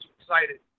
excited